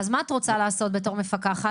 אז מה את רוצה לעשות בתור מפקחת?